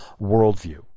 worldview